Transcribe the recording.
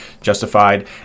justified